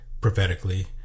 prophetically